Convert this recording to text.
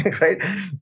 right